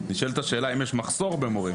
נשאלת השאלה האם יש מחסור במורים.